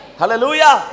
Hallelujah